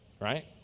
right